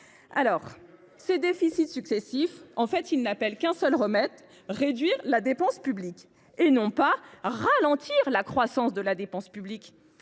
oui ! Nos déficits successifs n’appellent qu’un seul remède : réduire la dépense publique – et non ralentir la croissance de la dépense publique.